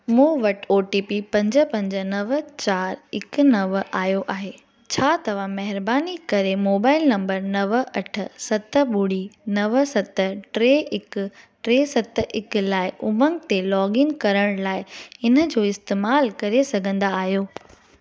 मूं वटि ओटीपी पंज पंज नव चारि हिकु नव आयो आहे छा तव्हां महिरबानी करे मोबाइल नंबर नव अठ सत ॿुड़ी नव सत ट्रे हिकु ट्रे सत हिकु लाइ उमंग ते लोगइन करण लाइ हिन जो इस्तेमालु करे सघंदा आहियो